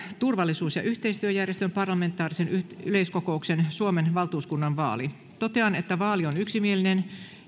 turvallisuus ja yhteistyöjärjestön parlamentaarisen yleiskokouksen suomen valtuuskunnan vaali totean että vaali on yksimielinen